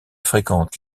fréquente